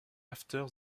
after